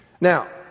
Now